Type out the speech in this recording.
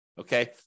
okay